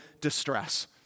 distress